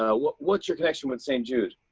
ah what's your connection with st. jude?